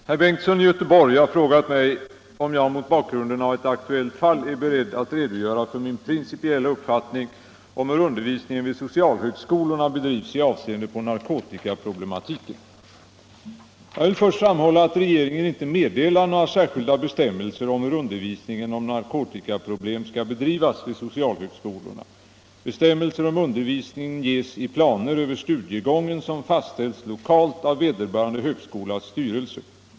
anförde: Herr talman! Herr Bengtsson i Göteborg har frågat mig om jag, mot 1 bakgrund av ett aktuellt fall, är beredd att redogöra för min principiella uppfattning om hur undervisningen vid socialhögskolorna bedrivs i avseende på narkotikaproblematiken. Jag vill först framhålla, att regeringen inte meddelar några särskilda bestämmelser om hur undervisning om narkotikaproblem skall bedrivas vid socialhögskolorna. Bestämmelser om undervisningen ges i planer över studiegången som fastställs lokalt av vederbörande högskolas styrelse.